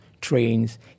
trains